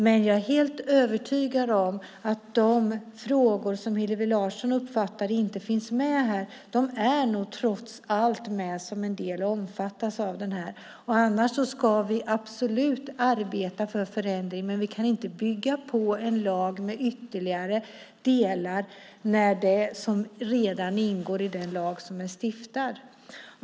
Men jag är helt övertygad om att de frågor som Hillevi Larsson uppfattar inte finns med trots allt är med som en del och omfattas av det här. Annars ska vi absolut arbeta för förändring. Men vi kan inte bygga på en lag med ytterligare delar när det redan ingår i den lag som är stiftad.